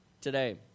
today